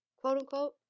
quote-unquote